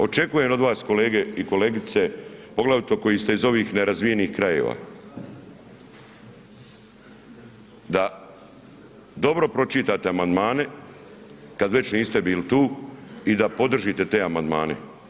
Očekujem od vas kolegice i kolege, poglavito koji ste iz ovih nerazvijenih krajeva da dobro pročitate amandmane kada već niste bili tu i da podržite te amandmane.